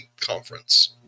conference